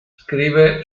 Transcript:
scrive